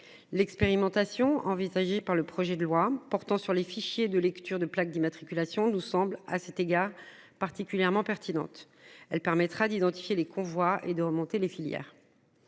L'expérimentation envisagée par le projet de loi portant sur les fichiers de lecture de plaque d'immatriculation nous semble à cet égard particulièrement pertinente. Elle permettra d'identifier les convois et de remonter les filières.